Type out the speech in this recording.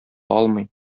алмый